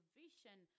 vision